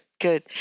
Good